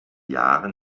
jahren